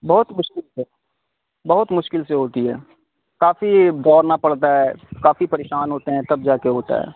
بہت مشکل سے بہت مشکل سے ہوتی ہے کافی بورنا پڑتا ہے کافی پریشان ہوتے ہیں تب جا کے ہوتا ہے